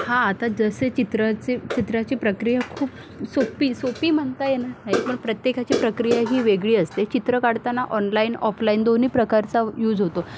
हां तर जसे चित्रंची चित्राची प्रक्रिया खूप सोपी सोपी म्हणता येणार नाही पण प्रत्येकाची प्रक्रिया ही वेगळी असते चित्र काढताना ऑनलाईन ऑफलाईन दोन्ही प्रकारचा यूज होतो